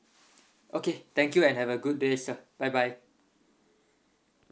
okay thank you and have a good day sir bye bye